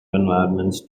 environments